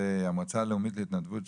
המועצה הלאומית להתנדבות,